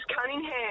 Cunningham